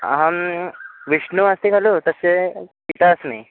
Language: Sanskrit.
अहं विष्णुः अस्ति कलु तस्य पिता अस्मि